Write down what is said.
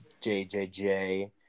JJJ